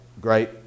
great